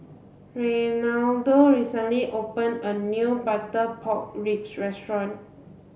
Reinaldo recently opened a new butter pork ribs restaurant